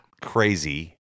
crazy